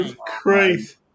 Christ